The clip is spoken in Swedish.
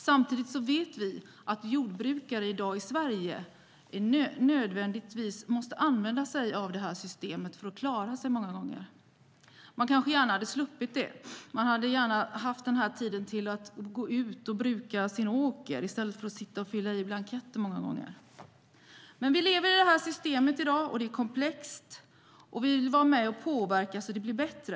Samtidigt vet vi att jordbrukare i dag i Sverige många gånger måste använda sig av det här systemet för att klara sig. De hade kanske gärna sluppit det. De hade kanske gärna använt den här tiden till att gå ut och bruka sin åker i stället för att sitta och fylla i blanketter. Men vi lever i det här systemet i dag. Det är komplext, och vi vill vara med och påverka det, så att det blir bättre.